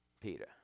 Peter